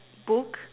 book